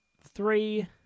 three